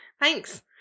Thanks